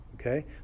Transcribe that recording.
Okay